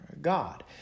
God